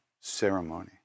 ceremony